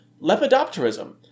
lepidopterism